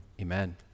Amen